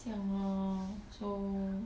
这样 lor so